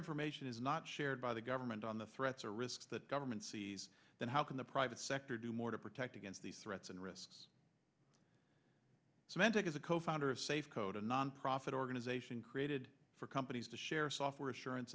information is not shared by the government on the threats or risks that government sees then how can the private sector do more to protect against these threats and risks so mantic is a co founder of safe code a nonprofit organization created for companies to share software assurance